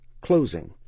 Closing